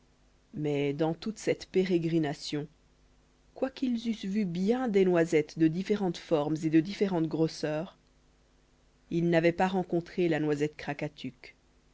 mais dans toute cette pérégrination quoiqu'ils eussent vu bien des noisettes de différentes formes et de différentes grosseurs ils n'avaient pas rencontré la noisette